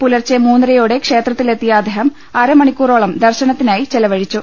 പുലർച്ചെ മൂന്നരയോടെ ക്ഷേത്രത്തി ലെത്തിയ അദ്ദേഹം അരമണിക്കൂറോളം ദർശനത്തിനായി ചെലവഴിച്ചു